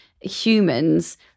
humans